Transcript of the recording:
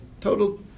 Total